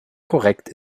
korrekt